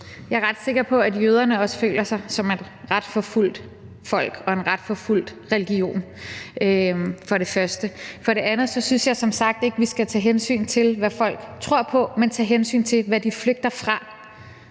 første ret sikker på, at jøderne også føler sig som et ret forfulgt folk og en ret forfulgt religion. For det andet synes jeg som sagt ikke, vi skal tage hensyn til, hvad folk tror på, men tage hensyn til, hvad de flygter fra.